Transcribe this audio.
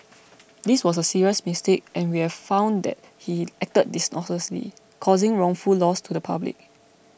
this was a serious mistake and we have found that he acted dishonestly causing wrongful loss to the public